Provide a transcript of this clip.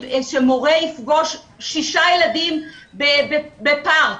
שמורה יפגוש שישה ילדים בפארק,